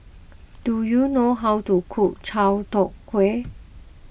do you know how to cook Chai Tow Kuay